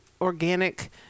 organic